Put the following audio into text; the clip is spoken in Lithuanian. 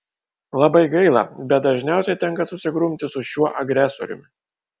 labai gaila bet dažniausiai tenka susigrumti su šiuo agresoriumi